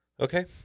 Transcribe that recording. Okay